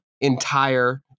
entire